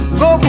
go